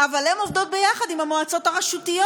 אבל הן עובדות ביחד עם המועצות הרשותיות,